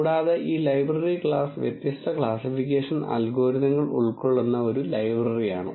കൂടാതെ ഈ library class വ്യത്യസ്ത ക്ലാസ്സിഫിക്കേഷൻ അൽഗോരിതങ്ങൾ ഉൾക്കൊള്ളുന്ന ഒരു ലൈബ്രറിയാണ്